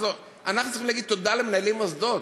אנחנו צריכים לומר תודה למנהלי מוסדות.